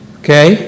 okay